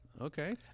Okay